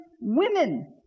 women